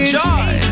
joy